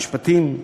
משפטים,